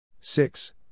six